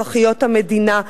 אזרחיות המדינה,